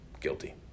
Guilty